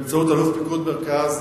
באמצעות אלוף פיקוד המרכז,